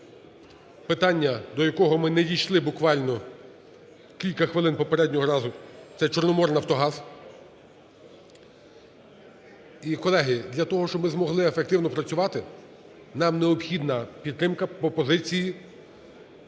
питання, до якого ми не дійшли буквально кілька хвилин попереднього разу, це "Чорноморнафтогаз". І, колеги, для того, щоби змогли ефективно працювати, нам необхідна підтримка по позиції